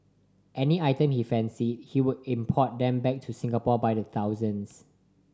any item he fancied he would import them back to Singapore by the thousands